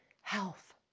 health